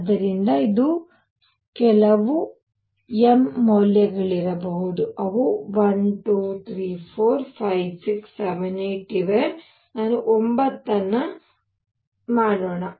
ಆದ್ದರಿಂದ ಇದು ಕೆಲವು m ಮೌಲ್ಯವಾಗಿರಬಹುದು ಅವು 1 2 3 4 5 6 7 8 ಇವೆ ನಾವು 9 ಅನ್ನು ಮಾಡೋಣ